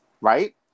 right